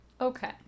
Okay